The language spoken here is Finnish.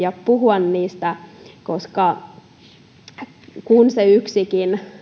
ja puhua niistä kun se yksikin